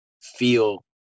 feel